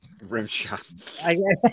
rimshot